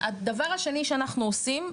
הדבר השני שאנחנו עושים,